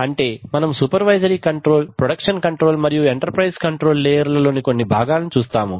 అంటే మనము supervisory control production control మరియు ఎంటర్ ప్రైజ్ కంట్రోల్ లేయర్ల లోని కొన్ని భాగాలను చూస్తాము